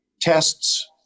tests